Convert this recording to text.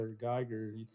Geiger